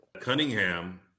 Cunningham